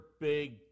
big